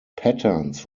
patterns